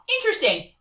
interesting